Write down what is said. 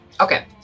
Okay